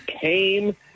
came